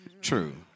True